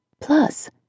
Plus